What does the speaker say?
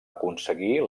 aconseguir